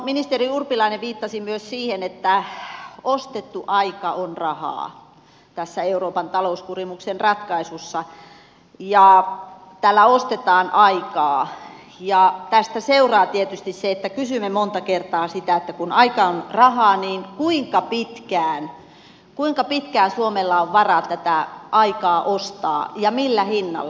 ministeri urpilainen viittasi myös siihen että ostettu aika on rahaa tässä euroopan talouskurimuksen ratkaisussa tällä ostetaan aikaa ja tästä seuraa tietysti se että kysymme monta kertaa sitä että kun aika on rahaa niin kuinka pitkään suomella on varaa tätä aikaa ostaa ja millä hinnalla